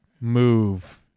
move